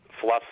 fluff